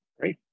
Great